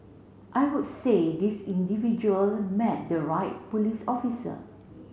I would say this individual met the right police officer